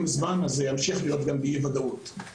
זמן אז זה ימשיך גם להיות באי ודאות.